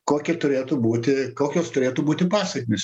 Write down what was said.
kokia turėtų būti kokios turėtų būti pasekmės